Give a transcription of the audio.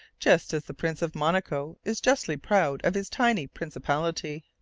just as the prince of monaco is justly proud of his tiny principality.